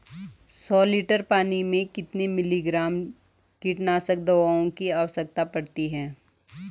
सौ लीटर पानी में कितने मिलीग्राम कीटनाशक दवाओं की आवश्यकता पड़ती है?